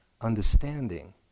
understanding